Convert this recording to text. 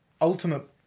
ultimate